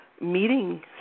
meeting